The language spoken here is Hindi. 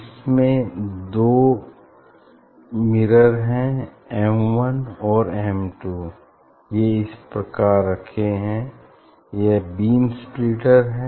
इसमें ये दो मिरर हैं एम वन और एम टू ये इस प्रकार रखे हैं यह बीम स्प्लिटर है